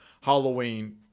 Halloween